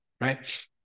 Right